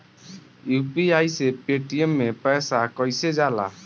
UPI से Paytm मे पैसा कइसे जाला?